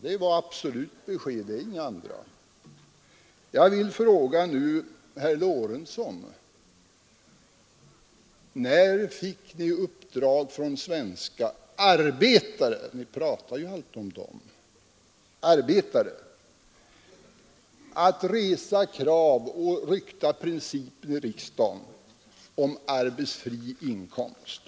Det var absolut besked; det är inga andra. Jag vill nu fråga herr Lorentzon: När fick ni i uppdrag av svenska arbetare — ni pratar ju alltid om dem — att i riksdagen resa kravet och rykta principen om arbetsfri inkomst?